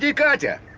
yeah katia,